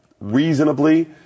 reasonably